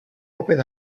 opět